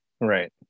Right